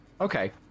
Okay